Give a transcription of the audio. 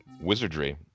wizardry